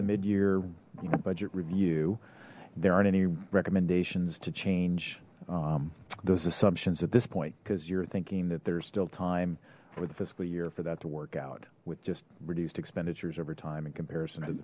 the mid year budget review there aren't any recommendations to change those assumptions at this point because you're thinking that there's still time or the fiscal year for that to work out with just reduced expenditures over time in comparison